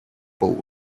pole